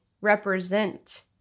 represent